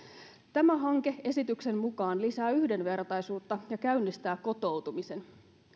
tämä hanke lisää esityksen mukaan yhdenvertaisuutta ja käynnistää kotoutumisen